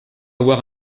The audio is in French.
avoir